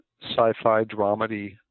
sci-fi-dramedy